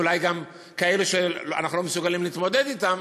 ואולי גם כאלה שאנחנו לא מסוגלים להתמודד אתן.